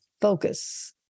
focus